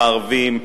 לערבים,